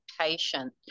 patient